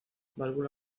válvula